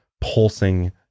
pulsing